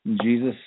Jesus